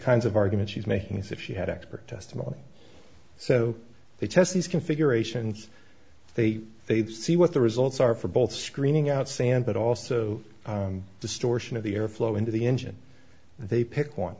kinds of arguments she's making is if she had expert testimony so they test these configurations they they've see what the results are for both screening out sand but also distortion of the air flow into the engine they pick one